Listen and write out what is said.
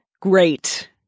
great